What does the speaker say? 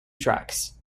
tracks